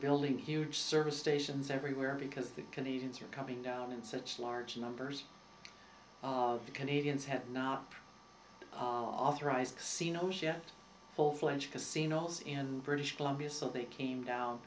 building huge service stations everywhere because the canadians are coming down in such large numbers canadians had not authorized see no shift full fledged casinos in british columbia so they came down